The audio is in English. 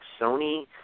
Sony